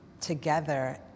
together